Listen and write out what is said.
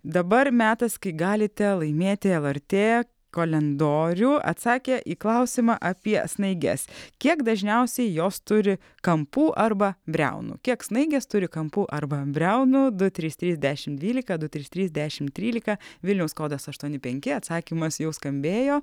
dabar metas kai galite laimėti lrt kalendorių atsakę į klausimą apie snaiges kiek dažniausiai jos turi kampų arba briaunų kiek snaigės turi kampų arba briaunų du trys trys dešimt dvylika du trys trys dešimt trylika vilniaus kodas aštuoni penki atsakymas jau skambėjo